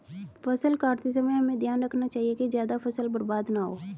फसल काटते समय हमें ध्यान रखना चाहिए कि ज्यादा फसल बर्बाद न हो